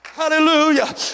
hallelujah